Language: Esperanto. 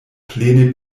plene